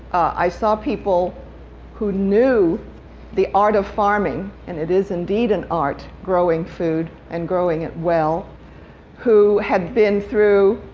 i saw people who knew the art of farming and it is indeed an art, growing food and growing it well who had been through